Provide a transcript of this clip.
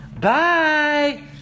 Bye